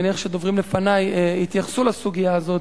אני מניח שדוברים לפני התייחסו לסוגיה הזאת,